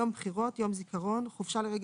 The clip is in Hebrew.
בעקבות הסכם קיבוצי כללי